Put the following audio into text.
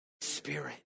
Spirit